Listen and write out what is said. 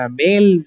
male